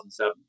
2007